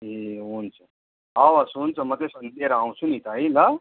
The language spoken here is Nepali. ए हुन्छ हवस् हुन्छ म त्यसो भने लिएर आउँछु नि त है ल